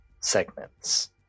segments